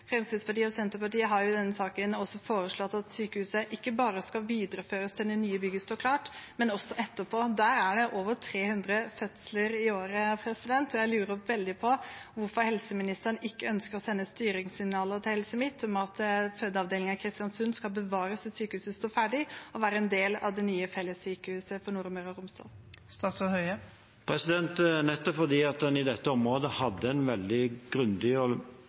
Fremskrittspartiet og Senterpartiet har i denne saken også foreslått at sykehuset ikke bare skal videreføres til det nye bygget står klart, men også etterpå. Der er det over 300 fødsler i året, og jeg lurer veldig på hvorfor helseministeren ikke ønsker å sende styringssignaler til Helse Midt om at fødeavdelingen i Kristiansund skal bevares til sykehuset står ferdig, og være en del av det nye fellessykehuset for Nordmøre og Romsdal. Det er nettopp fordi en i dette området hadde en veldig grundig